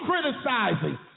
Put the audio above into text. criticizing